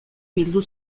bildu